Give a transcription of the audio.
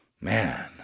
Man